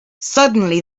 suddenly